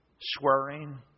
swearing